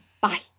Bye